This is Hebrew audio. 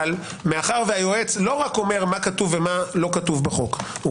אבל מאחר שהיועץ לא רק אומר מה כתוב בחוק ומה לא,